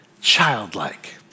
childlike